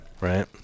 right